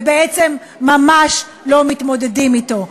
ובעצם ממש לא מתמודדים אתו.